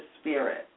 spirit